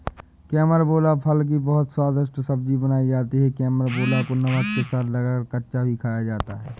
carambola फल की बहुत ही स्वादिष्ट सब्जी बनाई जाती है कैरमबोला को नमक के साथ लगाकर कच्चा भी खाया जाता है